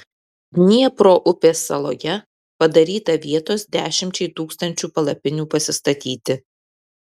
dniepro upės saloje padaryta vietos dešimčiai tūkstančių palapinių pasistatyti